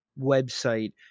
website